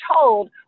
told